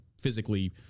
physically